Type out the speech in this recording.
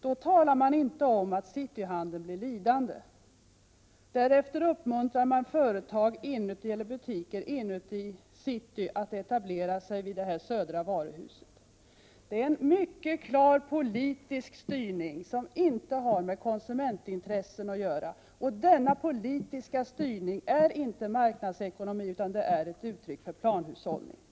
Då talade man inte om att cityhandeln blev lidande. Därefter uppmuntrade man butiker inne i city att etablera sig vid det södra varuhuset. Detta är en mycket klar politisk styrning, som inte har med konsumentintressen att göra — och denna politiska styrning är inte marknads ekonomi utan ett uttryck för planhushållning. Prot.